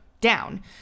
down